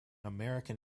american